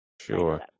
Sure